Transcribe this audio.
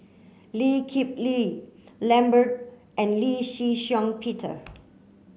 Lee Kip Lee Lambert and Lee Shih Shiong Peter